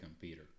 Peter